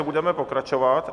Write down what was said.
Budeme pokračovat.